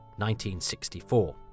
1964